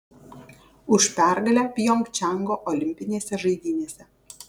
už pergalę pjongčango olimpinėse žaidynėse